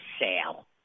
sale